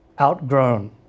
outgrown